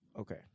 Okay